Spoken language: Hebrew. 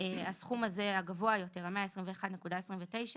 הסכום הגבוה יותר של 121.29 ש"ח,